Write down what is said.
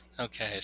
Okay